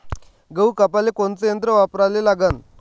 गहू कापाले कोनचं यंत्र वापराले लागन?